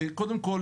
שקודם כל,